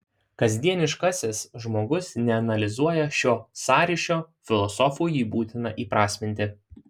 kasdieniškasis žmogus neanalizuoja šio sąryšio filosofui jį būtina įprasminti